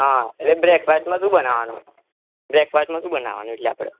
હા એટલે બ્રેકકફાસ્ટ શું બનાવવાનું બ્રેકફાસ્ટમાં શું બનાવાનું એટલે આપણે